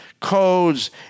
codes